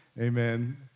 Amen